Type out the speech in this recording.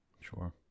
Sure